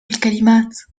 الكلمات